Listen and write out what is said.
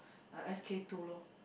uh S_K-two lor